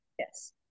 Yes